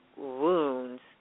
Wounds